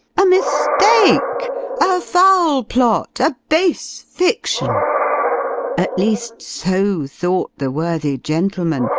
a mistake a foul plot a base fiction at least, so thought the worthy gentleman,